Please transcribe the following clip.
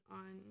on